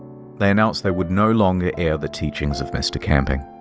they announced they would no longer air the teachings of mr. camping.